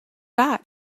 got